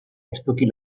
estuki